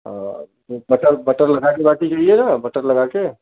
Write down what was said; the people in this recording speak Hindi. हाँ बटर बटर लगाकर बाटी चाहिए ना बटर लगाकर